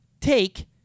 take